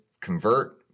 convert